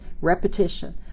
repetition